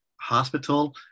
hospital